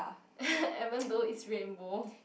even though it's rainbow